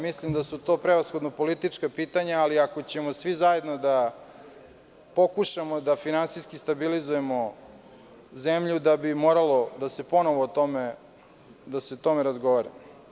Mislim da su to prevasnhodno politička pitanja, ali ako ćemo svi zajedno da pokušamo da finansijski stabilizujemo zemlju, da bi moralo da se ponovo o tome razgovara.